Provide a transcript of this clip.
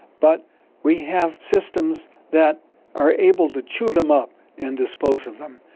but we have systems that are able to chew them up and dispose of them.